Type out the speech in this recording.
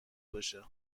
باشه